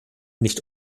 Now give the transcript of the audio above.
nicht